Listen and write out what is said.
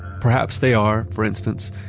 perhaps they are, for instance,